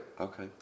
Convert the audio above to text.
Okay